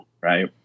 right